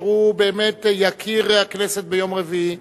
שהוא באמת יקיר הכנסת ביום רביעי.